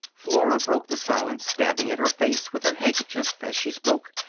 flora broke the silence, dabbing at her face with her handkerchief as she spoke.